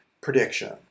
prediction